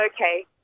okay